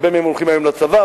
והרבה מהם הולכים היום לצבא.